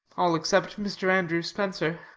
all except mr. andrew spencer.